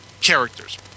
Characters